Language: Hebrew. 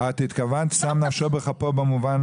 את התכוונת שם נפשו בכפו במובן